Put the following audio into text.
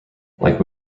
like